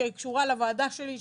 שקשורה לוועדה שלי,